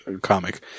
Comic